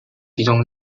集中